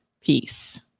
Peace